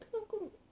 kan aku